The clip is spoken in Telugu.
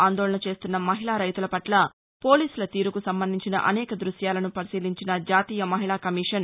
ఆందోళన చేస్తున్న మహిళా రైతులపట్ల పోలీసుల తీరుకు సంబంధించిన అనేక దృశ్యాలను పరిశీలించిన జాతీయ మహిళా కమిషన్